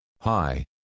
Hi